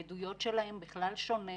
העדויות שלהם בכלל שונות